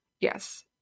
Yes